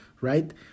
right